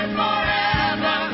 forever